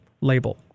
label